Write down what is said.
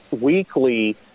weekly